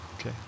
Okay